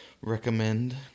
recommend